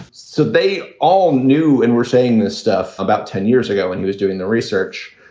so they all knew and were saying this stuff about ten years ago and he was doing the research.